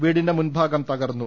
വീടിന്റെ മുൻഭാഗം തകർന്നു